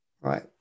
Right